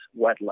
wetlands